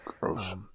Gross